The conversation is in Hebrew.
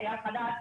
אייל חדד,